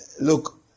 look